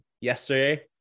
yesterday